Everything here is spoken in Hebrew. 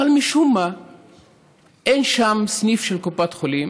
אבל משום מה אין שם סניף של קופת חולים